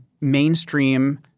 mainstream